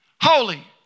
holy